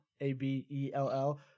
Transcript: A-B-E-L-L